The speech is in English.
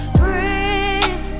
breathe